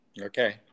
Okay